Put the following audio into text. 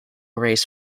race